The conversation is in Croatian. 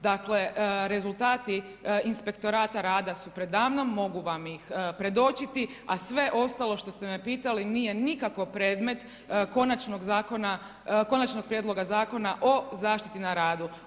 Dakle, rezultati Inspektorata rada su predamnom, mogu vam ih predočiti, a sve ostalo što ste me pitali nije nikako predmet Konačnog prijedloga zakona o zaštiti na radu.